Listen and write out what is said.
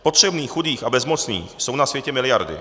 Potřebných, chudých a bezmocných jsou na světě miliardy.